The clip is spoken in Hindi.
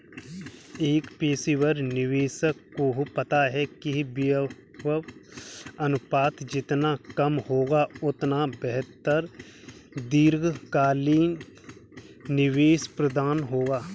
एक पेशेवर निवेशक को पता है कि व्यय अनुपात जितना कम होगा, उतना बेहतर दीर्घकालिक निवेश प्रदर्शन होगा